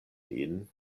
nin